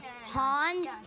Hans